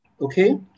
Okay